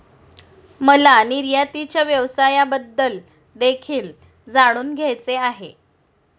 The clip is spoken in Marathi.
मला निर्यातीच्या व्यवसायाबद्दल देखील जाणून घ्यायचे आहे